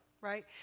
right